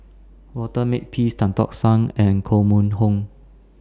Walter Makepeace Tan Tock San and Koh Mun Hong